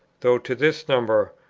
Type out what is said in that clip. though to this number,